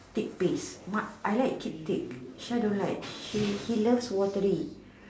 thick paste mud I like thick thick Shah don't like he he loves watery